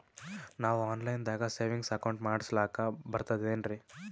ನಾವು online ದಾಗ savings account ಮಾಡಸ್ಲಾಕ ಬರ್ತದೇನ್ರಿ?